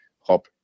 hop